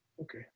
Okay